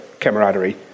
camaraderie